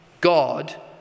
God